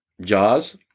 Jaws